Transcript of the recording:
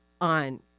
on